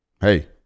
hey